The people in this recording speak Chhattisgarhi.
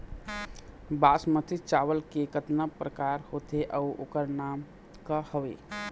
बासमती चावल के कतना प्रकार होथे अउ ओकर नाम क हवे?